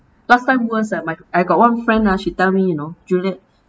last time worse ah my I got one friend ah she tell me you know juliet